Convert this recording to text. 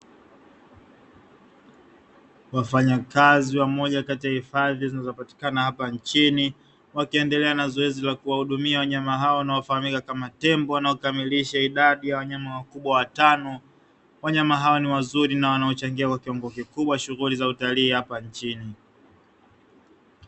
Wafanyakazi, wa moja kati ya hifadhi zinazopatikana hapa nchini wakiendelea na zoezi la kuwahudumia wanyama hao wanaofahamika kama tembo, wanaokamilisha idadi ya wanyama wakubwa watano wanyama hawa ni wazuri na wanaochangia kwa kiwango kikubwa shughuli za utalii hapa nchini.